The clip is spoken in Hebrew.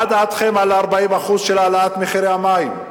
מה דעתכם על 40% של העלאת מחירי המים?